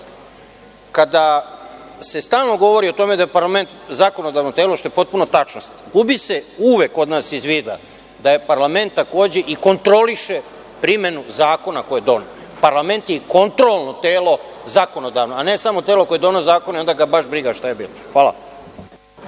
kada se stalno govori o tome da je parlament zakonodavno telo, što je potpuno tačno, gubi se uvek kod nas iz vida da je parlament takođe i kontroliše primenu zakona koje je doneo. Parlament je kontrolno telo zakonodavno, a ne samo telo koje donosi zakone i onda ga baš briga šta je bilo. Hvala.